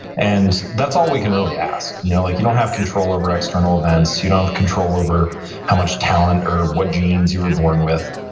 and that's all we can really ask. you know like you don't have control over external events. you don't have control over how much talent or what genes you were born with,